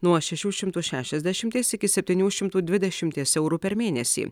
nuo šešių šimtų šešiašdešimties iki septynių šimtų dvidešimties eurų per mėnesį